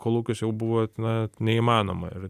kolūkius jau buvo na neįmanoma ir